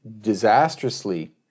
disastrously